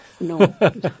No